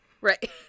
right